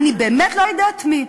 אני באמת לא יודעת מי.